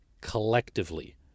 collectively